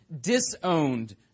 disowned